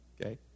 Okay